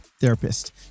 therapist